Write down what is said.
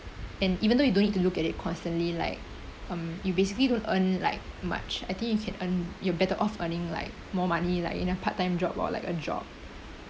and even though you don't need to look at it constantly like um you basically don't earn like much I think you can earn you're better off earning like more money like in a part time job or like a job